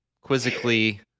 quizzically